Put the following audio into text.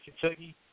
Kentucky